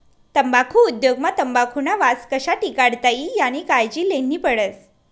तम्बाखु उद्योग मा तंबाखुना वास कशा टिकाडता ई यानी कायजी लेन्ही पडस